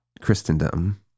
Christendom